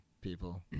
people